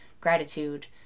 gratitude